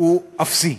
הוא אפסי.